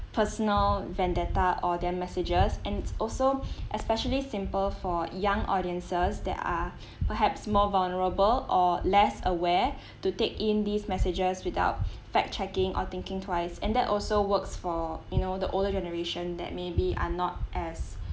personal vendetta or their messages and its also especially simple for young audiences that are perhaps more vulnerable or less aware to take in these messages without fact checking or thinking twice and that also works for you know the older generation that maybe are not as